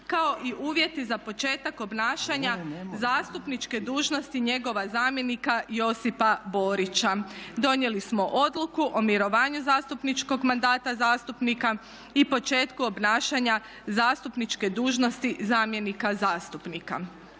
kao i uvjeti za početak obnašanja zastupničke dužnosti njegova zamjenika Josipa Borića. Donijeli smo odluku o mirovanju zastupničkog mandata zastupnika i početku obnašanja zastupničke dužnosti zamjenika zastupnika.